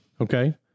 Okay